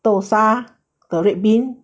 豆沙 the red bean